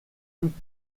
toutes